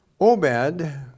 Obed